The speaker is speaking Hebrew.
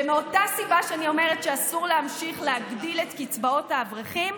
ומאותה הסיבה שאני אומרת שאסור להמשיך להגדיל את קצבאות האברכים,